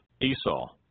Esau